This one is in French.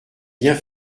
bien